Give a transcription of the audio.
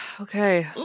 Okay